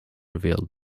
revealed